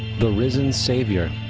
the risen savior,